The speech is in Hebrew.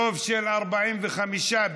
כהצעת